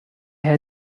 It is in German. herr